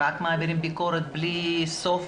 רק מעבירים ביקורת בלי סוף